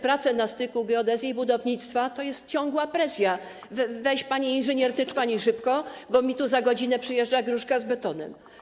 Prace na styku geodezji i budownictwa to ciągła presja: weź, pani inżynier, tycz pani szybko, bo mi tu za godzinę przyjeżdża gruszka z betonem.